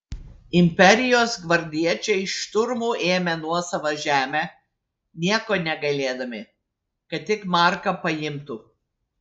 imperijos gvardiečiai šturmu ėmė nuosavą žemę nieko negailėdami kad tik marką paimtų